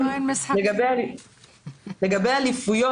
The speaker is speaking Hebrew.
לגבי אליפויות,